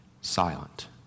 silent